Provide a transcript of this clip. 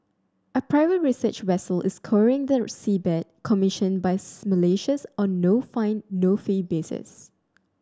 a private research vessel is scouring the seabed commissioned by Malaysians on no find no fee basis